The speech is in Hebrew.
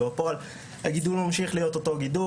בפועל הגידול ממשיך להיות אותו גידול,